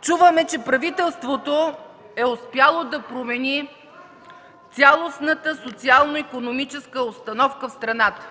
Чуваме, че правителството е успяло да промени цялостната социално-икономическа обстановка в страната.